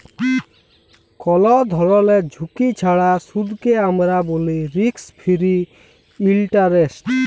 call ধরলের ঝুঁকি ছাড়া সুদকে আমরা ব্যলি রিস্ক ফিরি ইলটারেস্ট